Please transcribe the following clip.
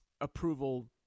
approval